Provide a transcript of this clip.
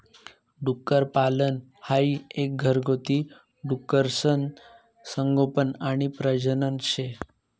डुक्करपालन हाई एक घरगुती डुकरसनं संगोपन आणि प्रजनन शे